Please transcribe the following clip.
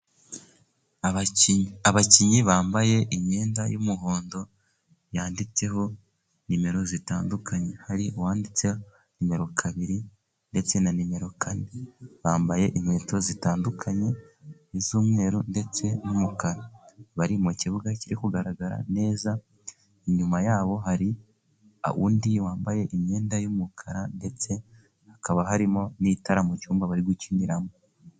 Abakinnyi bambaye imyenda y'umuhondo ,yanditseho nimero zitandukanye, hari uwanditse numero kabiri ndetse na nimero kane bambaye inkweto zitandukanye z'umweru ,ndetse n'umukara bari mu kibuga kiri kugaragara neza, inyuma yabo hari undi wambaye imyenda y'umukara, ndetse hakaba harimo n'itara mu cyumba bari gukiniramo.